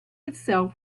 itself